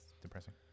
depressing